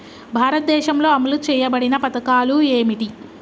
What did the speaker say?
భారతదేశంలో అమలు చేయబడిన పథకాలు ఏమిటి?